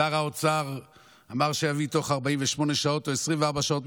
שר האוצר אמר שיביא תוך 48 שעות או 24 שעות בהתחלה,